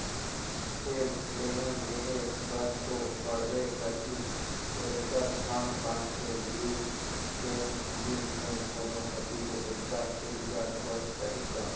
फेर लेहूं लेहे बर तो पड़बे करही थेरेसर, धान पान के लुए के दिन मे कोनो कति ले पइसा के जुगाड़ होए जाही त